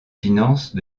finances